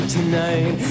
tonight